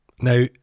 Now